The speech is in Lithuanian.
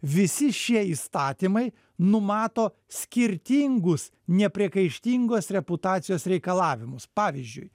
visi šie įstatymai numato skirtingus nepriekaištingos reputacijos reikalavimus pavyzdžiui